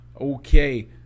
okay